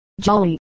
jolly